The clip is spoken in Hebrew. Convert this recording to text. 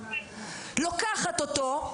היא לוקחת אותו,